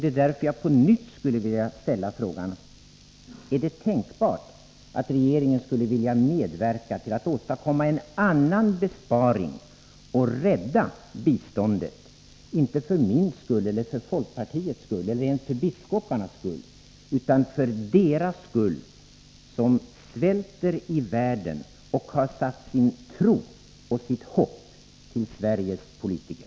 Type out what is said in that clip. Det är därför som jag på nytt skulle vilja ställa frågan: Är det tänkbart att regeringen skulle vilja medverka till att åstadkomma en annan besparing och rädda biståndet, inte för min skull eller folkpartiets skull eller ens för biskoparnas skull, utan för de människors skull som svälter i världen och har satt sin tro och sitt hopp till Sveriges politiker?